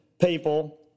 people